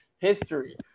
history